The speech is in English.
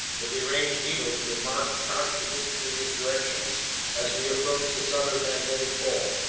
the deranged needles would mark contradictory directions as we approached the southern magnetic pole,